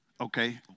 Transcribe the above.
Okay